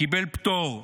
קיבל פטור,